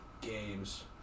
games